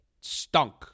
stunk